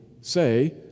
say